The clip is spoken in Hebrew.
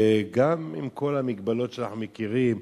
וגם עם כל המגבלות שאנחנו מכירים,